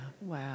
wow